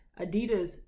Adidas